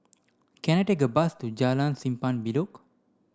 can I take a bus to Jalan Simpang Bedok